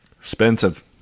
Expensive